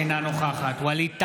אינה נוכחת ווליד טאהא,